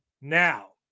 Now